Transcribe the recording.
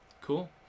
Cool